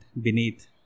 beneath